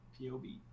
pob